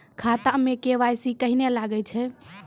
खाता मे के.वाई.सी कहिने लगय छै?